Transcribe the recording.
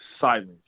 silence